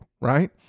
Right